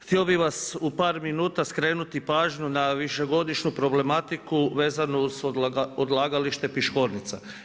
Htio bih vas u par minuta skrenuti pažnju na višegodišnju problematiku vezano uz odlagalište Piškornica.